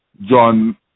John